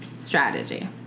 strategy